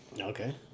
Okay